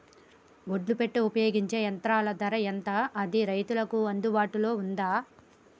ఒడ్లు పెట్టే ఉపయోగించే యంత్రం ధర ఎంత అది రైతులకు అందుబాటులో ఉందా?